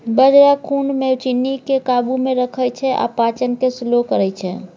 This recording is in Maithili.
बजरा खुन मे चीन्नीकेँ काबू मे रखै छै आ पाचन केँ स्लो करय छै